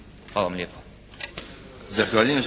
Hvala vam lijepa.